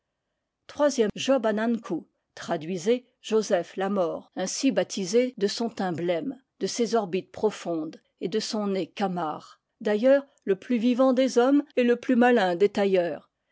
an ankou traduisez joseph la mort ainsi vaptisé à cause de son teint blême de ses orbites profondes t de son nez camard d'ailleurs le plus vivant des hommes et le plus malin des tailleurs